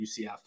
UCF